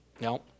No